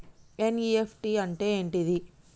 NEFT అంటే ఏంటిది?